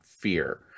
fear